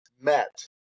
met